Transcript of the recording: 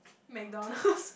McDonald's